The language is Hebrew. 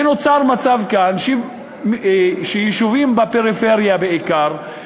ונוצר כאן מצב שיישובים בפריפריה בעיקר,